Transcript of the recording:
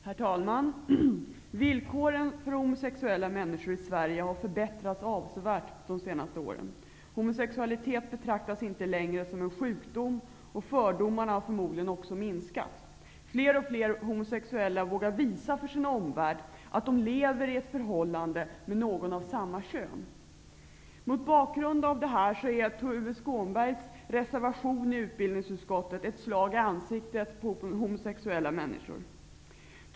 Herr talman! Villkoren för homosexuella människor i Sverige har förbättrats avsevärt under de senaste åren. Homosexualitet betraktas inte längre som en sjukdom, och fördomarna har förmodligen också minskat. Fler och fler homosexuella vågar visa för sin omvärld att de lever i ett förhållande med någon av samma kön. Mot bakgrund härav är Tuve Skånbergs reservation i utbildningsutskottet ett slag i ansiktet på homosexuella människor.